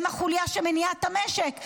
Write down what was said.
והם החוליה שמניעה את המשק,